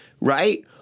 right